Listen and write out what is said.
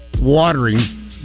watering